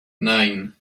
nine